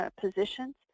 positions